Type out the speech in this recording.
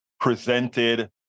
presented